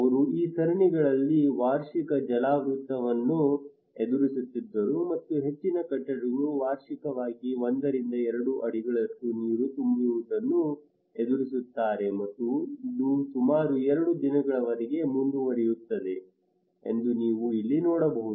ಅವರು ಈ ಸರಣಿಗಳಲ್ಲಿ ವಾರ್ಷಿಕ ಜಲಾವೃತವನ್ನು ಎದುರಿಸುತ್ತಿದ್ದರು ಮತ್ತು ಹೆಚ್ಚಿನ ಕಟ್ಟಡಗಳು ವಾರ್ಷಿಕವಾಗಿ ಒಂದರಿಂದ ಎರಡು ಅಡಿಗಳಷ್ಟು ನೀರು ತುಂಬುವುದನ್ನು ಎದುರಿಸುತ್ತಾರೆ ಮತ್ತು ಇದು ಸುಮಾರು ಎರಡು ದಿನಗಳವರೆಗೆ ಮುಂದುವರಿಯುತ್ತದೆ ಎಂದು ನೀವು ಇಲ್ಲಿ ನೋಡಬಹುದು